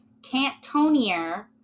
Cantonier